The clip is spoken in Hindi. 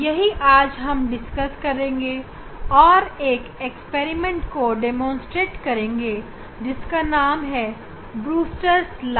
यही आज हम डिस्कस करेंगे और एक प्रयोग को प्रदर्शित करेंगे जिसका नाम है ब्रूस्टर लॉ